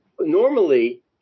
normally